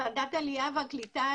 ועדת העלייה והקליטה,